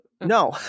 No